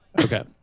Okay